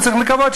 צריך לקוות,